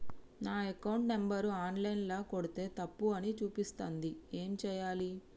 నా account number online ల కొడ్తే తప్పు అని చూపిస్తాంది ఏం చేయాలి?